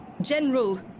general